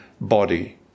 body